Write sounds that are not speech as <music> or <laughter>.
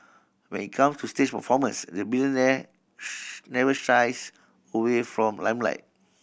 when it comes to stage performance the billionaire <unintelligible> never shies away from limelight